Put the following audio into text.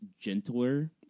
gentler